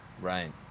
Right